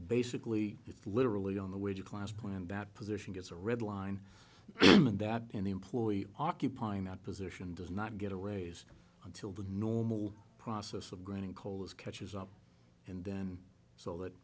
basically it's literally on the way to klein's point and that position gets a red line and that any employee occupying that position does not get a raise until the normal process of granting cola's catches up and then so that